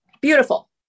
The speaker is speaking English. Beautiful